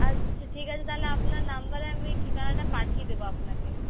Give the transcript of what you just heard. আচ্ছা ঠিক আছে তাহলে আপনার নম্বরে আমি ঠিকানাটা পাঠিয়ে দেবো আপনাকে